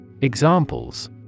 Examples